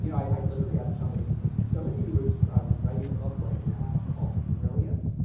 you know i literally had somebody somebody who is um writing a book right now called brilliant,